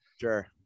Sure